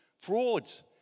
frauds